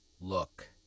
Look